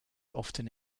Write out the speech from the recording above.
often